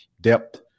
depth –